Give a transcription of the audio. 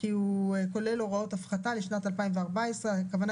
כי הוא כולל הוראות הפחתה לשנת 2014. הכוונה